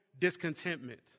discontentment